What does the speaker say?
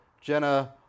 Jenna